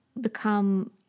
become